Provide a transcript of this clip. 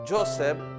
Joseph